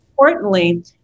importantly